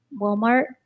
Walmart